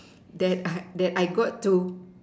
that I that I got to